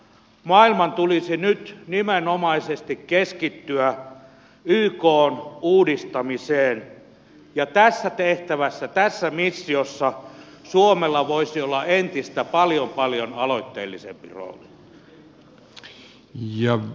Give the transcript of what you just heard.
maailman tulisi nyt nimenomaisesti keskittyä ykn uudistamiseen ja tässä tehtävässä tässä missiossa suomella voisi olla entistä paljon paljon aloitteellisempi rooli